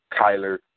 Kyler